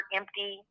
empty